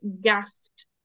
gasped